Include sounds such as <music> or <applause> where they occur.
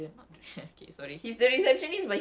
macam buang tabiat gitu ada orang cakap <laughs>